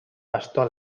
pastor